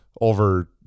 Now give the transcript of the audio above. over